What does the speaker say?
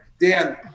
Dan